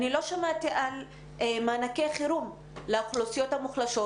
אני לא שמעתי על מענקי חירום לאוכלוסיות המוחלשות,